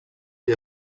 die